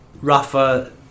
Rafa